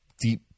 deep